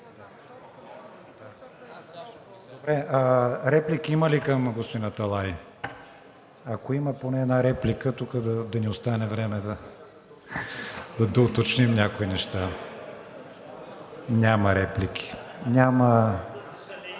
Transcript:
Реплики има ли към господин Аталай? Ако има поне една реплика, тук да ни остане време да доуточним някои неща. (Весело оживление.) Няма